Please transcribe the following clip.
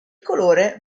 colore